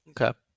Okay